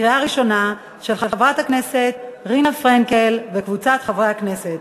של חברת הכנסת רינה פרנקל וקבוצת חברי הכנסת,